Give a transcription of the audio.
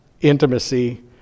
intimacy